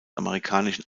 amerikanischen